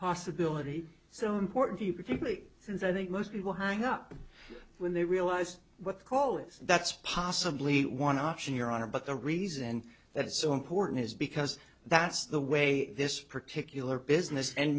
possibility so important to you particularly since i think most people hang up when they realize what the call is that's possibly one option your honor but the reason that is so important is because that's the way this particular business and